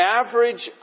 average